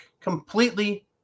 completely